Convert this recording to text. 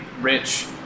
rich